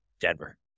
Denver